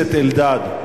אלדד,